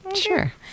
sure